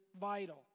vital